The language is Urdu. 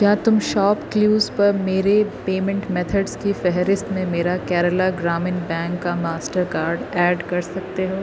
کیا تم شاپ کلیوز پر میرے پیمینٹ میتھڈز کی فہرست میں میرا کیرلا گرامین بینک کا ماسٹر کارڈ ایڈ کر سکتے ہو